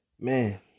man